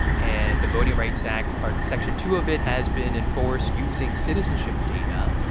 and the voting rights act part section two of it has been enforced using citizenship data.